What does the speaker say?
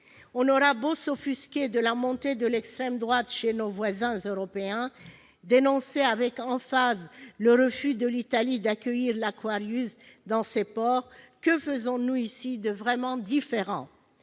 On s'offusque de la montée de l'extrême droite chez nos voisins européens, on dénonce avec emphase le refus de l'Italie d'accueillir l'dans ses ports, mais que faisons-nous ici de vraiment différent ?